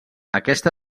aquesta